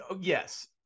yes